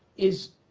is